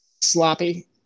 Sloppy